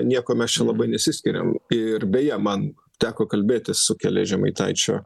nieko mes čia labai nesiskiriam ir beje man teko kalbėtis su keliais žemaitaičio